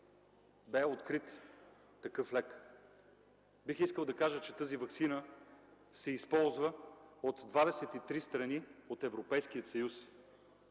бе открит такъв лек. Бих искал да кажа, че тази ваксина се използва от 23 страни от Европейския съюз.